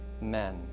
men